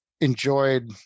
enjoyed